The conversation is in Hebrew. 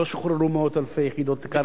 לא שחררו מאות אלפי יחידות קרקע,